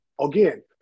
Again